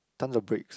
tons of bricks